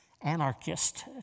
anarchist